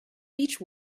beech